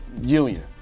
union